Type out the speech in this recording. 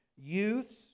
Youths